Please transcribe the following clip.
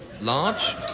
Large